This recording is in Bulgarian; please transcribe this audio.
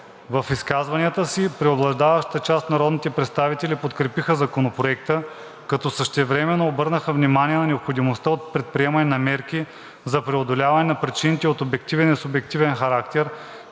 В изказванията си преобладаващата част от народните представители подкрепиха Законопроекта, като същевременно всички обърнаха внимание на необходимостта от предприемане на мерки за преодоляване на причините от обективен и субективен характер,